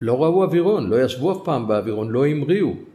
לא ראו אווירון, לא ישבו אף פעם באווירון, לא המריאו.